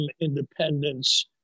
independence